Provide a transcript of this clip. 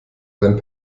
seinen